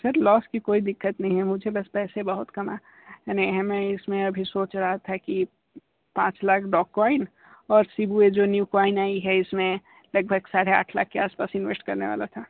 sir loss की कोई दिक्कत नहीं है मुझे बस पैसे बहुत कम हमें इसमें अभी सोच रहा था कि पाँच लाख डॉक कॉइन और शिबा जो न्यू कॉइन आई है इसमें लगभग साढ़े आठ लाख के आसपास इन्वेस्ट करने वाला था